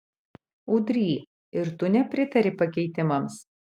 udry ir tu nepritari pakeitimams